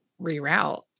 reroute